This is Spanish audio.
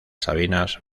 sabinas